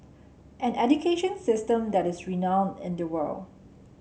an education system that is renowned in the world